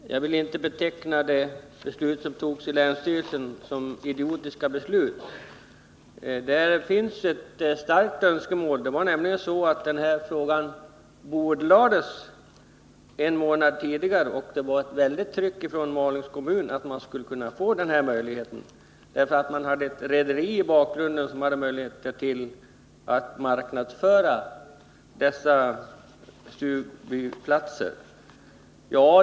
Herr talman! Jag vill inte beteckna de av länsstyrelsen fattade besluten som idiotiska. Bakom fanns det ett starkt önskemål. Frågan bordlades nämligen en månad tidigare, och det fanns ett mycket starkt tryck från Malungs kommun att få den här möjligheten. I bakgrunden fanns det ett rederi som kunde marknadsföra stugbyplatserna.